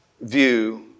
view